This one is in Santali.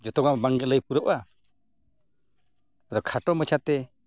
ᱡᱚᱛᱚ ᱢᱟ ᱵᱟᱝᱜᱮ ᱞᱟᱹᱭ ᱯᱩᱨᱟᱹᱜᱼᱟ ᱠᱷᱟᱴᱚ ᱢᱟᱪᱷᱟ ᱛᱮ